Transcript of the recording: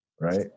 right